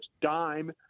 dime